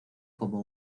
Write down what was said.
como